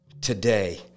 today